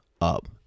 up